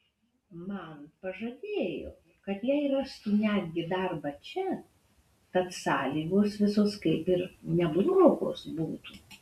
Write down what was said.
man pažadėjo kad jai rastų netgi darbą čia tad sąlygos visos kaip ir neblogos būtų